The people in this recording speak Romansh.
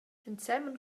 ensemen